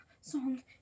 song